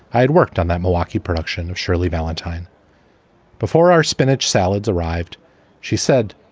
i'd worked on that milwaukie production of shirley valentine before our spinach salads arrived she said,